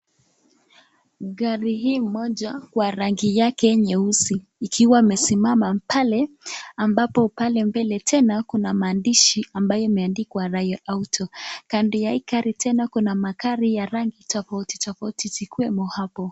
Gari hii moja wa rangi yake nyeusi ikiwa imesimama pale ambapo pale mbele tena kuna maandishi ambaye imeandikwa Rae auto . Kando ya hii gari tena kuna magari ya rangi tofauti tofauti zikiwemo hapo.